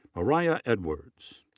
mariah edwards.